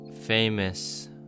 famous